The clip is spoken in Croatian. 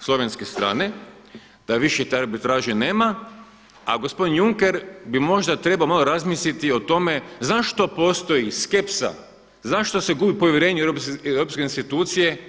slovenske strane da više te arbitraže nema a gospodin Juncker bi možda trebao malo razmisliti o tome zašto postoji skepsa, zašto se gubi povjerenje u europske institucije?